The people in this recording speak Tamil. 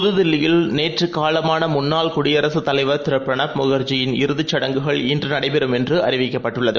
புதுதில்லியில் நேற்று காலமான முன்னாள் குடியரசுத் தலைவர் திரு பிரணாப் முகர்ஜி இறுதிச் சடங்குகள் இன்று நடைபெறும் என்று அறிவிக்கப்பட்டுள்ளது